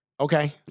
Okay